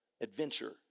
adventure